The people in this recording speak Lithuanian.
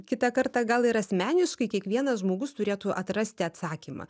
kitą kartą gal ir asmeniškai kiekvienas žmogus turėtų atrasti atsakymą